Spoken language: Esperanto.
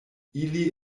ili